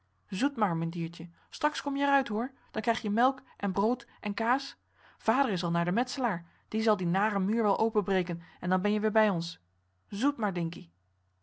zoet maar mijn diertje straks kom je er uit hoor dan krijg je melk en brood en kaas vader is al naar den metselaar die zal dien naren muur wel openbreken en dan ben je weer bij ons zoet maar dinkie